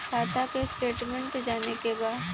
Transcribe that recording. खाता के स्टेटमेंट जाने के बा?